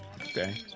Okay